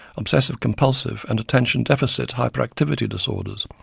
obsessive compulsive and attention deficit hyperactivity disorders,